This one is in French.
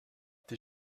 t’es